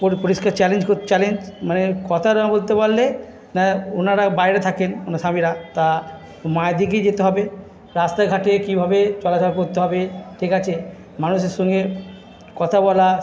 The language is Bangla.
খুব পরিষ্কার চ্যালেঞ্জ খুব চ্যালেঞ্জ মানে কথা না বলতে পারলে ওনারা বাইরে থাকেন মানে স্বামীরা তা মায়েদিকেই যেতে হবে রাস্তাঘাটে কীভাবে চলাচল করতে হবে ঠিক আছে মানুষের সঙ্গে কথা বলা